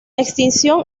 extinción